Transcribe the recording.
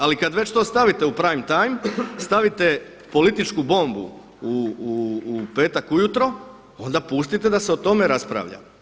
Ali kad već to stavite u prime time stavite političku bombu u petak ujutro onda pustite da se o tome raspravlja.